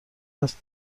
است